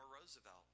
Roosevelt